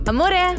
Amore